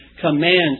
commands